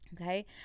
Okay